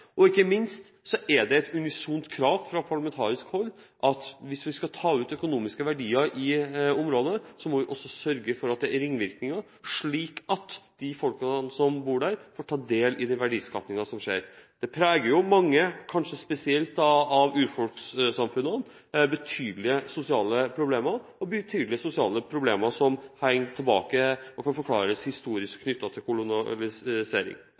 Og ikke minst er det et unisont krav fra parlamentarisk hold at hvis man skal ta ut økonomiske verdier i området, må man også sørge for at det er ringvirkninger, slik at de folkene som bor der, får ta del i den verdiskapingen som skjer. Mange samfunn, kanskje spesielt mange av urfolkssamfunnene, preges av betydelige sosiale problemer – betydelige sosiale problemer som kan forklares historisk helt tilbake til